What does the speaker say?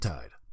Tide